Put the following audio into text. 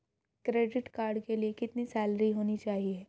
Credit card के लिए कितनी सैलरी होनी चाहिए?